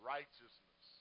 Righteousness